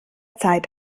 zeit